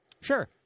Sure